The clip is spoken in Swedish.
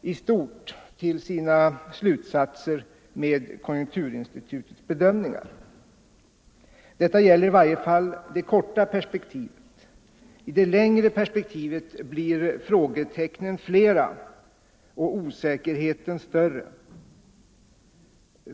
i stort till sina slutsatser med konjunkturinstitutets bedömningar. Detta gäller i varje fall det korta perspektivet. I det längre perspektivet blir frågetecknen flera och osäkerheten större.